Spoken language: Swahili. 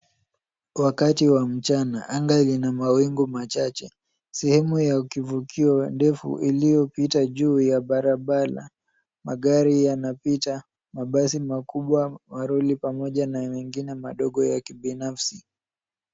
Wakati wa mchana, anga lina mawingu machache. Sehemu ya kivukio ndefu iliyopita juu ya barabara. Magari yanapita, mabasi makubwa, malori pamoja na mengine madogo ya kibinafsi.